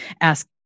ask